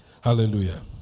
Hallelujah